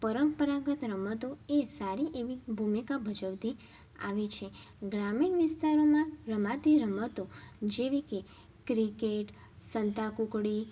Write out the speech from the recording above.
પરંપરાગત રમતો એ સારી એવી ભૂમિકા ભજવતી આવી છે ગ્રામીણ વિસ્તારોમાં રમાતી રમતો જેવી કે ક્રિકેટ સંતા કૂકડી